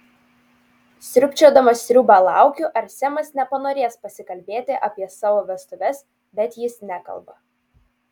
sriubčiodama sriubą laukiu ar semas nepanorės pasikalbėti apie savo vestuves bet jis nekalba